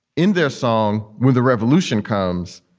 in their song when the revolution comes,